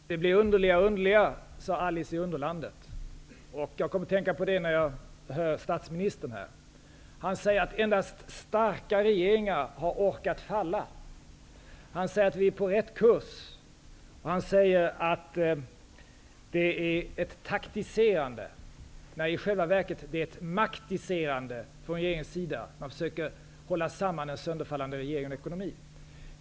Fru talman! Det blev underligare och underligare, sade Alice i Underlandet. Jag kom att tänka på det, när jag hörde statsministern här. Han säger att endast starka regeringar har ork att falla, han säger att vi är på rätt kurs, och han säger att det är ett taktiserande, när det i själva verket är ett maktiserande från regeringens sida. Man försöker hålla ihop en sönderfallande regering och en sönderfallande ekonomi.